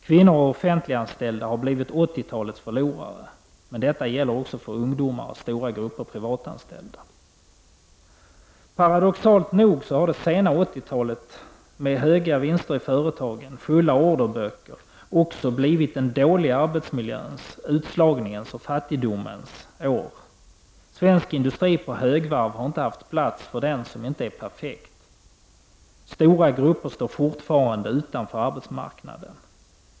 Kvinnor och offentliganställda har blivit 80-talets förlorare. Men detta gäller också för ungdomar och stora grupper av privatanställda. Paradoxalt nog har det sena 1980-talet med höga vinster i företagen och fulla orderböcker också blivit den dåliga arbetsmiljöns, utslagningens och fattigdomens år. Svensk industri på högvarv har inte haft plats för den som inte är perfekt! Stora grupper står fortfarande utanför arbetsmarknaden.